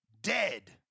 dead